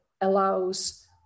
allows